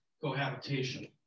cohabitation